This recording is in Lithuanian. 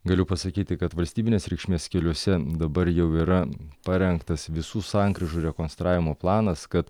galiu pasakyti kad valstybinės reikšmės keliuose dabar jau yra parengtas visų sankryžų rekonstravimo planas kad